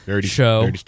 show